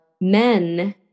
men